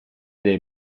dei